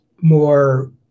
more